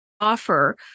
offer